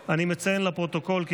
ההסתייגויות.